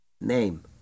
name